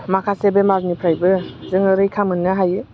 माखासे बेमारनिफ्रायबो जोङो रैखा मोननो हायो